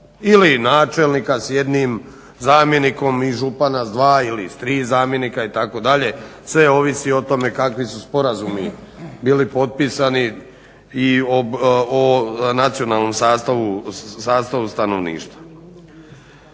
ili načelnika s jednim zamjenikom ili župana s dva ili s tri zamjenika itd. sve ovisi o tome kakvi su sporazumi bili potpisani i o nacionalnom sastavu stanovništva.